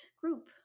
group